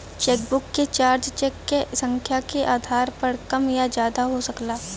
chequebook क charge cheque क संख्या के आधार पर कम या ज्यादा हो सकला